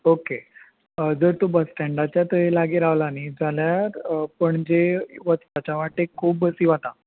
okay जर तूं bus स्टँडाच्या थंय लागीं रावलां न्ही जाल्यार पणजे वचपाच्या वाटेक खूब बसी वता